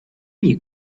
you